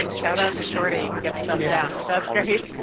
like shout out to shorty who gets stuff down. that's great,